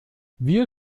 wir